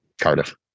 Cardiff